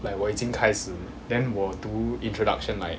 like 我已经开始 then 我读 introduction like